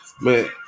Man